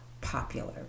popular